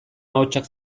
ahotsak